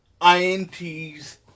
INTs